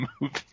movie